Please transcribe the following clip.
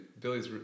Billy's